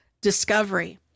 discovery